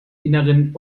innern